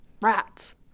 rats